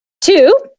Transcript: Two